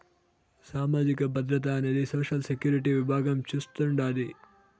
సామాజిక భద్రత అనేది సోషల్ సెక్యూరిటీ విభాగం చూస్తాండాది